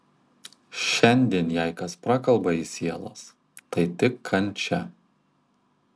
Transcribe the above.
šiandien jei kas prakalba į sielas tai tik kančia